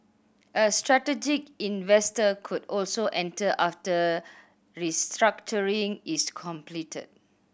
a strategic investor could also enter after restructuring is completed